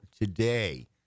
today